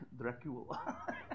Dracula